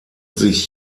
sich